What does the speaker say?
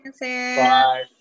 bye